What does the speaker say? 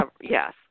Yes